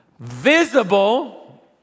Visible